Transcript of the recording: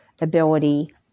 ability